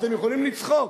אתם יכולים לצחוק,